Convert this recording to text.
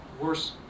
worse